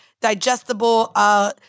digestible